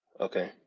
Okay